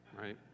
right